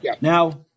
Now